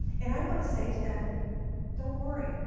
and i want to say to them don't worry,